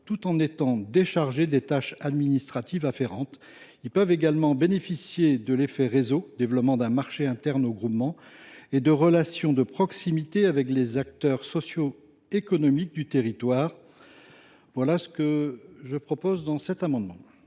tout en étant déchargés des tâches administratives afférentes. Ils peuvent également bénéficier de l’effet réseau – développement d’un marché interne au groupement – et de relations de proximité avec les acteurs socio économiques du territoire. La parole est à M.